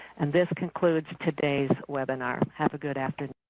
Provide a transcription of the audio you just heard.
and this concludes today's webinar. have a good afternoon.